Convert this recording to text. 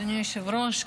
אדוני היושב-ראש,